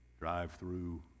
Drive-through